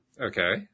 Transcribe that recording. Okay